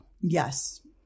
Yes